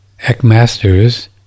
Eckmasters